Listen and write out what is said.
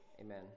Amen